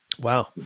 Wow